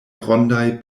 rondaj